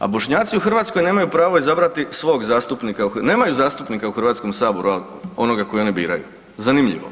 A Bošnjaci u Hrvatskoj nemaju pravo izabrati svog zastupnika, nemaju zastupnika u Hrvatskom saboru al onoga kojega oni biraju, zanimljivo.